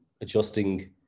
adjusting